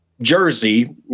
jersey